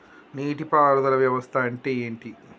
నీటి పారుదల వ్యవస్థ అంటే ఏంటి?